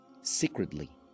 secretly